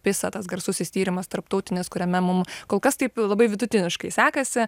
pisa tas garsusis tyrimas tarptautinis kuriame mum kol kas taip labai vidutiniškai sekasi